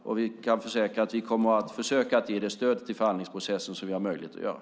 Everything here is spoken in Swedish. Jag kan försäkra att vi kommer att försöka ge det stöd till förhandlingsprocessen som vi har möjlighet till.